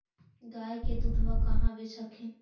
गया के दूधबा कहाँ बेच हखिन?